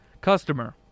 Customer